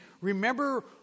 Remember